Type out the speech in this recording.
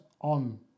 on